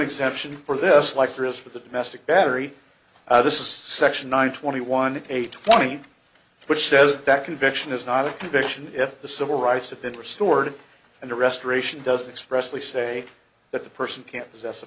exemption for this like there is for the domestic battery this is section one twenty one a twenty which says that conviction is not a conviction if the civil rights have been restored and the restoration does expressively say that the person can't possess a